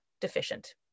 deficient